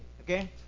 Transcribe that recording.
okay